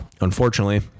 Unfortunately